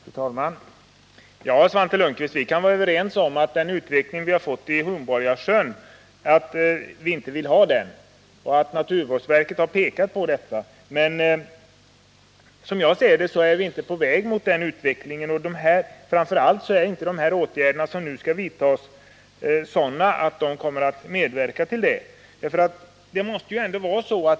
Fru talman! Ja, Svante Lundkvist. vi kan vara överens om att vi inte vill ha samma utveckling för Hjälmaren som vi har fått för Hornborgasjön. Men som jag ser det är vi inte på väg mot den utvecklingen. och de åtgärder som nu skall vidtas kommer inte heller att medverka till en sådan utveckling.